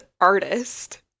artist